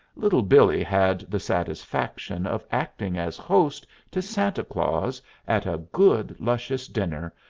little billee had the satisfaction of acting as host to santa claus at a good, luscious dinner,